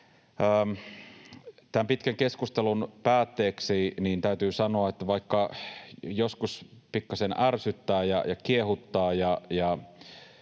Tämän pitkän keskustelun päätteeksi täytyy sanoa, että joskus pikkasen ärsyttää ja kiehuttaa